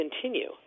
continue